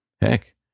Heck